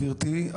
גברתי,